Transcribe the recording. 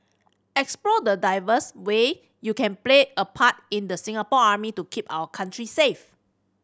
explore the diverse way you can play a part in the Singapore Army to keep our country safe